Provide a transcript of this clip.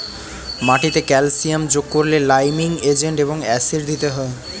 মাটিতে ক্যালসিয়াম যোগ করলে লাইমিং এজেন্ট এবং অ্যাসিড দিতে হয়